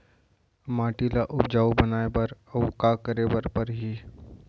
माटी ल उपजाऊ बनाए बर अऊ का करे बर परही?